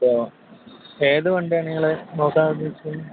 അപ്പോൾ ഏത് വണ്ടിയാണ് നിങ്ങൾ നോക്കാൻ ഉദ്ദേശിച്ചത്